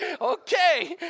okay